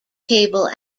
cable